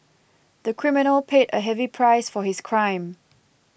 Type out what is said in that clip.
the criminal paid a heavy price for his crime